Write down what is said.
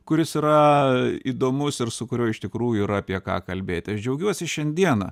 kuris yra įdomus ir su kuriuo iš tikrųjų yra apie ką kalbėti aš džiaugiuosi šiandieną